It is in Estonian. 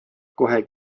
kohe